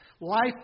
Life